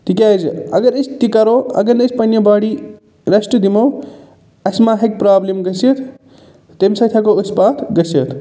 تِکیٛازِ اَگر أسۍ تہِ کَرَو اَگر نہٕ أسۍ پَنٛنہِ باڈی ریشٹ دِمَو اَسہِ ما ہٮ۪کہِ پرابلِم گٔژھتھ تٔمۍ سۭتۍ ہٮ۪کَو أسۍ پَتھ گٔژھتھ